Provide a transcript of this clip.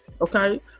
okay